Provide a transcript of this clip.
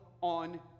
on